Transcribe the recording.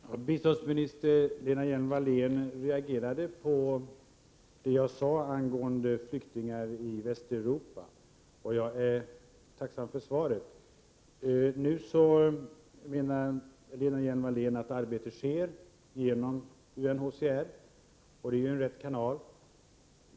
Fru talman! Biståndsminister Lena Hjelm-Wallén reagerade på det jag sade angående flyktingar i Västeuropa, och jag är tacksam för svaret. Lena Hjelm-Wallén framhöll att arbetet sker genom UNHCR, och det är rätt kanal.